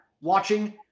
watching